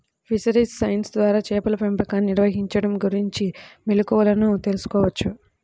fisheries science ద్వారా చేపల పెంపకాన్ని నిర్వహించడం గురించిన మెళుకువలను తెల్సుకోవచ్చు